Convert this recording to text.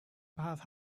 path